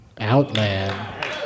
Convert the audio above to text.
Outland